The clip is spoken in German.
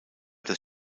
des